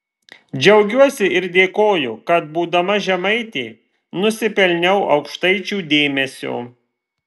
džiaugiuosi ir dėkoju kad būdama žemaitė nusipelniau aukštaičių dėmesio